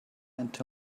into